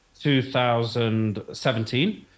2017